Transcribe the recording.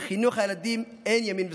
בחינוך הילדים אין ימין ושמאל,